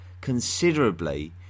considerably